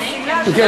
אם כן,